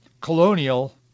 colonial